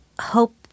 hope